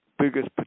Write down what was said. Biggest